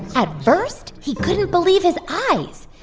at first, he couldn't believe his eyes.